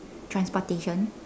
transportation